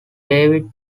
david